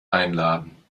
einladen